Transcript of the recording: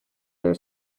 their